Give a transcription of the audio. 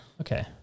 Okay